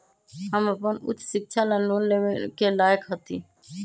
हम अपन उच्च शिक्षा ला लोन लेवे के लायक हती?